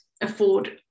afford